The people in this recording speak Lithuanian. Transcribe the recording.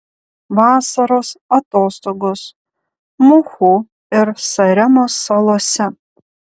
vasaros atostogos muhu ir saremos salose